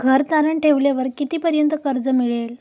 घर तारण ठेवल्यावर कितीपर्यंत कर्ज मिळेल?